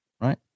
Right